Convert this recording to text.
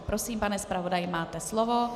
Prosím, pane zpravodaji, máte slovo.